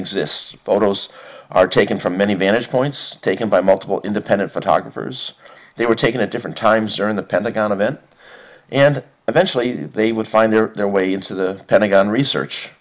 exists photos are taken from many manage points taken by multiple independent photographers they were taken at different times during the pentagon event and eventually they would find their way into the pentagon research